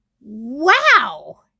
wow